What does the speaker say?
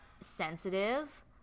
sensitive